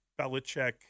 Belichick